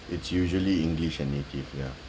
it's usually english and native ya